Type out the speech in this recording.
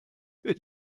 für